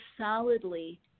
solidly